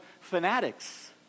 fanatics